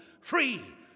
free